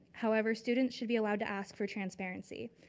however, students should be allowed to ask for transparency.